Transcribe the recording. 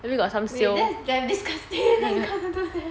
wait that's damn disgusting